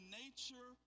nature